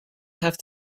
have